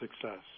success